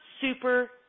super